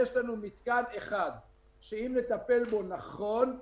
יש לנו מתקן אחד שאם נטפל בו נכון הוא